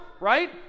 right